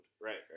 Right